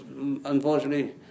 unfortunately